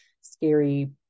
scary